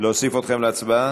להוסיף אתכם להצבעה?